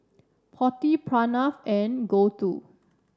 Potti Pranav and Gouthu